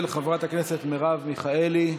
של חברת הכנסת מרב מיכאלי.